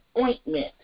ointment